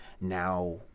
now